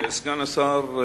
סגן השר,